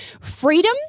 freedom